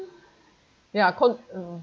ya corn mm